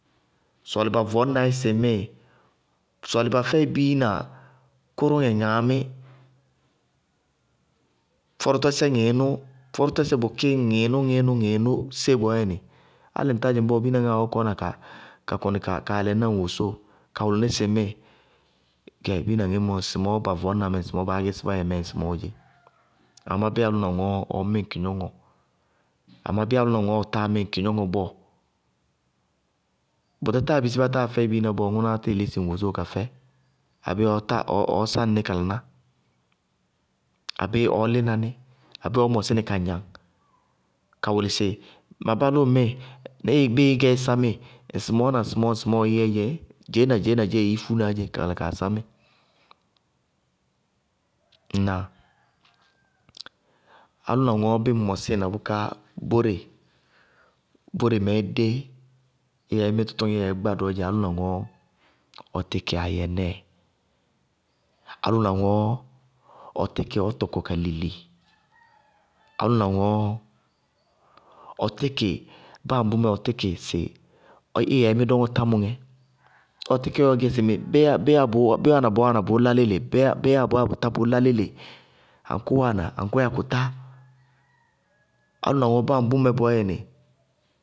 Sɔɔlɩ ba vɔñna í sɩ ŋmíɩ, sɔɔlɩ ba fɛɩ biina kʋrʋŋɛ ŋaamí, kɔrɔtɔsɛ ŋɩɩnʋ, kɔrɔtɔsɛ bʋkí ŋɩɩnʋ ŋɩɩnʋ bɔɔyɛnɩ, álɩ ŋtá dzɩŋ bɔɔ biina ŋaá ɔɔ kɔna kaa lɛná ŋ wosóo. Ka wʋlɩ ní sɩ ŋmíɩ biina ŋayé mɔ, ŋsɩmɔɔ ba vɔñna mɛ, ŋsɩmɔɔ baá bá yɛ mɛ ŋsɩmɔɔɔ dzé. Amá bíɩ álʋna ŋɔɔ ɔɔ mí ŋ kɩgnɔŋɔ, amá bíɩ álʋna ŋɔɔ ɔtáa mí ŋ kɩgnɔŋɔ bɔɔ, bʋtá táa bisí bá táa fɛɩ biina bɔɔ ŋʋnáá tíɩ lísɩ ŋ wosóo ka fɛ abéé ɔɔ sáŋ ní ka laná. Abéé ɔɔ lína ní, abéé ɔɔ mɔsí nɩ ka gnaŋ, ka wʋlɩ sɩ ma bálʋ ŋmíɩ, bíɩ ɩí gɛ í sámíɩ ŋsɩmɔɔ na ŋsɩmɔɔ ɩí yɛɛɛyé dzeé dzeé na dzeéé ɩí fúna kala kaa sámíɩ. Ŋnáa? Álʋna ŋɔɔ bíɩ ŋ mɔsíɩ na bóre mɛɛ dé í yɛ ɩí mí tʋtʋŋɛɛ í yɛ ɩí gbádɔɔ dzɛ álʋna ŋɔɔ ɔ tíkɩ ayɛnɛɛ, álʋna ŋɔɔ ɔtíkɩ ɔ tɔkɔ ka lili, álʋna ŋɔɔ ɔtíkɩ báa ambʋmɛ ɔ tíkɩ sɩ í yɛ ɩí mí dɔŋɔ támʋŋɛ, ɔtíkɩ ɔ yɛ ɔɔgɛ sɩ bé wáana, bé yáa bɔɔ wáana bʋʋ lá léle, bé yáa bɔɔ yáa bʋ tá bʋʋlá léle, aŋkʋ wáana, aŋkʋ yáa kʋtá? Álʋna ŋɔɔ báa ambʋmɛ bɔɔyɛnɩ.